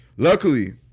Luckily